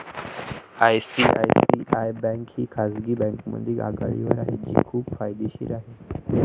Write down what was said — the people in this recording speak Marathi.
आय.सी.आय.सी.आय बँक ही खाजगी बँकांमध्ये आघाडीवर आहे जी खूप फायदेशीर आहे